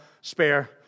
spare